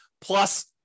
Plus